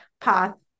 path